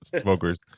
smokers